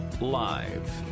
Live